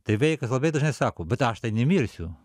tai vaikas labai dažnai sako bet aš tai nemirsiu